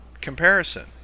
comparison